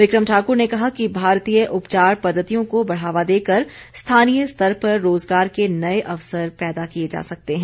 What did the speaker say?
विक्रम ठाकुर ने कहा कि भारतीय उपचार पद्धतियों को बढ़ावा देकर स्थानीय स्तर पर रोजगार के नए अवसर पैदा किए जा सकते हैं